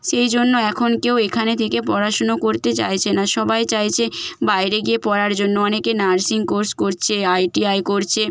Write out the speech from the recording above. সেই জন্য এখন কেউ এখানে থেকে পড়াশুনো করতে চাইছে না সবাই চাইছে বাইরে গিয়ে পড়ার জন্য অনেকে নার্সিং কোর্স করছে আইটিআই করছে